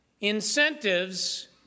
Incentives